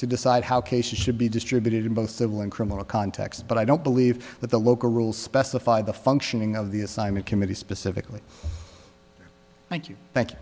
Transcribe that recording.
to decide how cases should be distributed in both civil and criminal context but i don't believe that the local rules specify the functioning of the assignment committee specifically thank you thank you